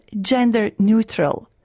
gender-neutral